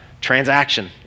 transaction